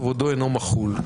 כבודו אינו מחול.